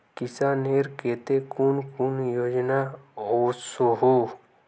किसानेर केते कुन कुन योजना ओसोहो?